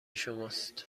شماست